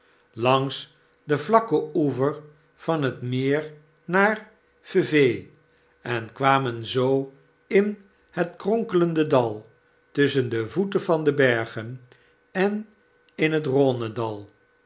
langs den vlakken oever van het meer naar vevay en kwamen zoo in het kronkelende dal tusschen de voeten der bergen en in het ehsnedal